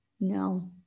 no